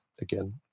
again